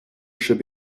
should